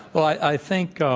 i think